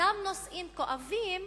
אותם נושאים כואבים,